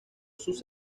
sus